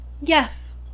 yes